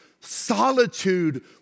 Solitude